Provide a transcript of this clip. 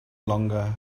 longer